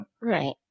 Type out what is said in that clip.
right